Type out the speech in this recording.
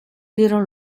dieron